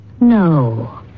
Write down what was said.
No